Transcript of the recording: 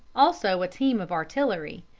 also a team of artillery.